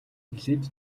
нэлээд